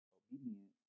obedient